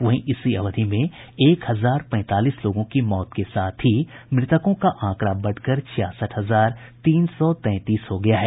वहीं इसी अवधि में एक हजार पैंतालीस लोगों की मौत के साथ ही मृतकों का आंकड़ा बढ़कर छियासठ हजार तीन सौ तैंतीस हो गया है